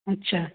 अच्छा